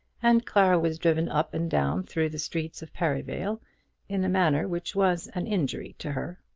and clara was driven up and down through the streets of perivale in a manner which was an injury to her.